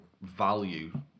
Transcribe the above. value